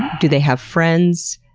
do they have friends?